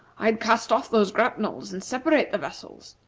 i'd cast off those grapnels, and separate the vessels.